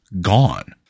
gone